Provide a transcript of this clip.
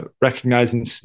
Recognizing